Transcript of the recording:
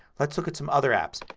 let's look at some other apps.